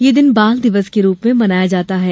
यह दिन बाल दिवस के रूप में मनाया जाता है